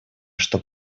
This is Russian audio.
что